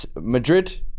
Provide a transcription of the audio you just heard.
Madrid